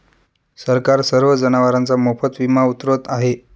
सरकार सर्व जनावरांचा मोफत विमा उतरवत आहे